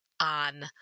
on